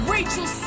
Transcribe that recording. Rachel